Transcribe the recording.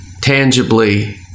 tangibly